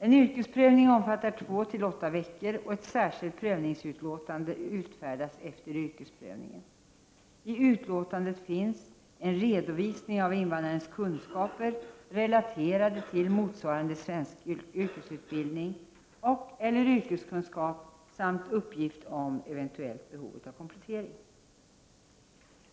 En yrkesprövning omfattar två till åtta veckor, och ett särskilt prövningsutlåtande utfärdas efter yrkesprövningen. I utlåtandet finns en redovisning av invandrarens kunskaper relaterade till motsvarande svensk yrkesutbildning och/eller yrkeskunskap samt uppgift om eventuellt behov av komplettering.